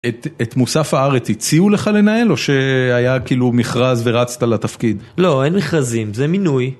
את מוסף הארץ הציעו לך לנהל, או שהיה כאילו מכרז ורצת לתפקיד? לא, אין מכרזים, זה מינוי.